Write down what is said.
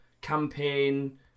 campaign